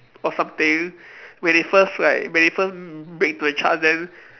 or something when they first like when they first break into the charts then